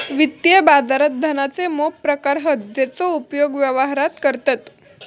वित्तीय बाजारात धनाचे मोप प्रकार हत जेचो उपयोग व्यवहारात करतत